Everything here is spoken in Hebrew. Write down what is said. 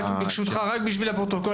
ההצעה